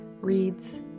reads